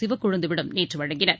சிவக்கொழுந்து விடம் நேற்றுவழங்கினர்